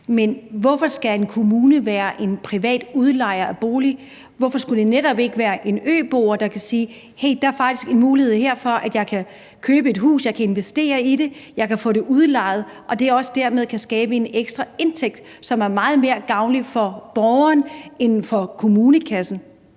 Men hvorfor skal en kommune være en privat udlejer af bolig? Hvorfor skulle det ikke netop være en øboer, der kan sige, at her er der faktisk en mulighed for at købe et hus, og som kan investere i det og få det udlejet, så det dermed også kan skabe en ekstra indtægt, som er meget mere gavnlig for borgeren end for kommunekassen?